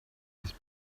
his